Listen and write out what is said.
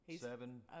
seven